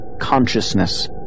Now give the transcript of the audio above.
consciousness